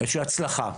ניצחון והצלחה.